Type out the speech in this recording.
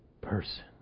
person